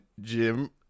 Jim